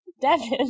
Devin